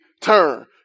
turn